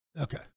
Okay